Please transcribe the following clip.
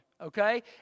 Okay